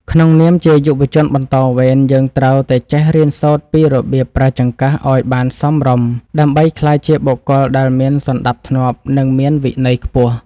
ក្នុងនាមជាយុវជនបន្តវេនយើងត្រូវតែចេះរៀនសូត្រពីរបៀបប្រើចង្កឹះឱ្យបានសមរម្យដើម្បីក្លាយជាបុគ្គលដែលមានសណ្តាប់ធ្នាប់និងមានវិន័យខ្ពស់។